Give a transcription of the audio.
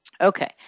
Okay